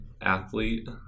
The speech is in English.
athlete